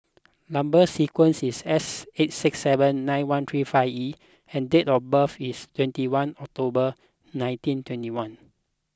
Number Sequence is S eight six seven nine one three five E and date of birth is twenty one October nineteen twenty one